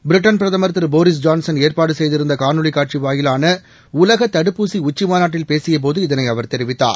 Britain பிரதமர் திரு Boris Johnson ஏற்பாடு செய்திருந்த காணொலி காட்சி வாயிலான உலக தடுப்பூசி உச்சிமாநாட்டில் பேசியபோது இதனை அவர் தெரிவித்தார்